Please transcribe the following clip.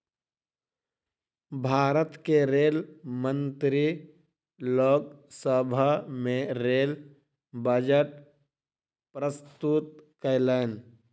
भारत के रेल मंत्री लोक सभा में रेल बजट प्रस्तुत कयलैन